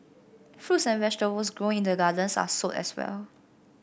fruits and vegetables grown in the gardens are sold as well